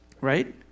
Right